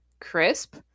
crisp